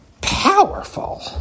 powerful